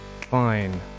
fine